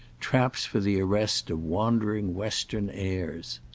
traps for the arrest of wandering western airs.